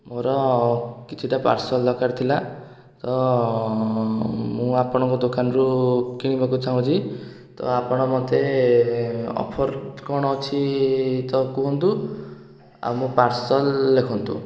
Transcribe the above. ମୋର କିଛିଟା ପାର୍ସଲ୍ ଦରକାର ଥିଲା ତ ମୁଁ ଆପଣଙ୍କ ଦୋକାନରେ କିଣିବାକୁ ଚାହୁଁଛି ତ ଆପଣ ମୋତେ ଅଫର୍ କ'ଣ ଅଛି ତ କୁହନ୍ତୁ ଆଉ ମୋ ପାର୍ସଲ୍ ଲେଖନ୍ତୁ